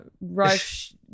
Rush